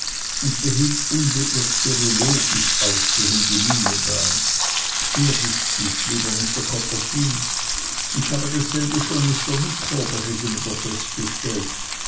und behielt unbeirrt ihre logisch aussehende miene bei sehr richtig lieber mr copperfield ich habe dasselbe schon mr micawber gegenüber festgestellt